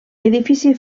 edifici